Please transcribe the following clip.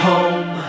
Home